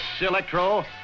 Electro